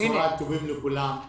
צוהריים טובים לכולם.